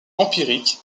empirique